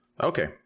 Okay